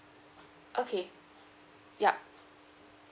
okay yup